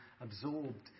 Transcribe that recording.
absorbed